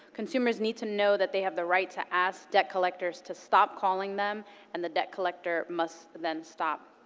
consumers need to know that they have the right to ask debt collectors to stop calling them and the debt collector must then stop.